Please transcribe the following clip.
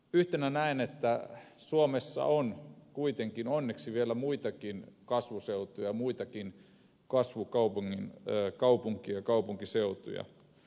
yhtenä asiana näen että suomessa on kuitenkin onneksi vielä muitakin kasvuseutuja muitakin kasvukaupunkeja ja kaupunkiseutuja